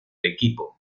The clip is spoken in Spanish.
equipo